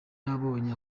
yabonye